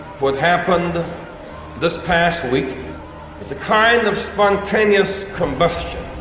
what happened this past week was a kind of spontaneous combustion.